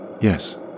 Yes